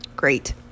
Great